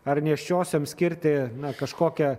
ar nėščiosioms skirti kažkokią